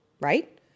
right